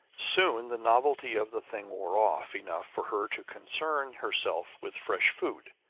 soon the novelty of the thing wore off enough for her to concern herself with fresh food.